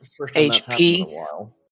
HP